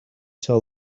tell